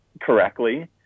correctly